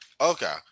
Okay